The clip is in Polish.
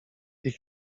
ich